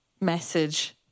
message